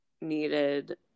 needed